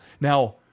Now